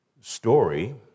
story